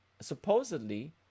Supposedly